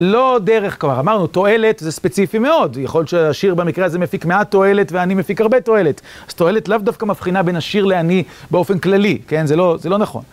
לא דרך, כלומר אמרנו, תועלת זה ספציפי מאוד. יכול להיות שעשיר במקרה הזה מפיק מעט תועלת, ועני מפיק הרבה תועלת. אז תועלת לאו דווקא מבחינה בין עשיר לעני באופן כללי, כן? זה לא נכון.